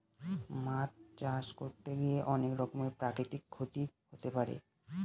মাছ চাষ করতে গিয়ে অনেক রকমের প্রাকৃতিক ক্ষতি হতে পারে